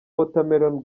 watermelon